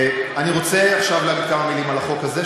אני רוצה עכשיו להגיד כמה מילים על החוק הזה,